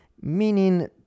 Meaning